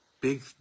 big